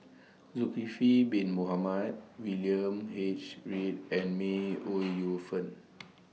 Zulkifli Bin Mohamed William H Read and May Ooi Yu Fen